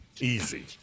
Easy